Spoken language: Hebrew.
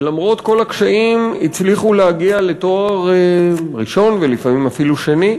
שלמרות כל הקשיים הצליחו להגיע לתואר ראשון ולפעמים אפילו שני,